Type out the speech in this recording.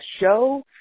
show